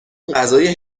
غذای